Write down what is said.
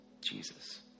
Jesus